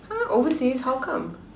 !huh! overseas how come